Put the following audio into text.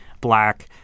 black